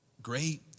great